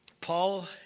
Paul